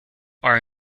are